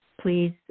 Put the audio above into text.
Please